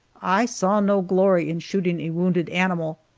i saw no glory in shooting a wounded animal,